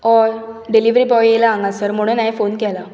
हय delivery boy येला हांगासर म्हणून हाये फोन केला